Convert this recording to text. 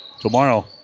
tomorrow